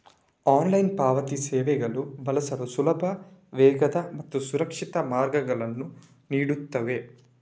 online ಪಾವತಿ ಸೇವೆಗಳು ಬಳಸಲು ಸುಲಭ, ವೇಗದ ಮತ್ತು ಸುರಕ್ಷಿತ ಮಾರ್ಗಗಳನ್ನು ನೀಡುತ್ತವೆ